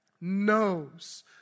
knows